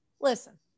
listen